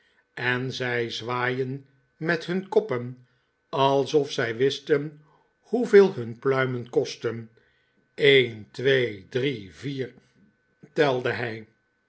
en zij zwaaien met hun koppen alsof zij wisten hoeveel hun pluimen kosten een twee drie vier telde hij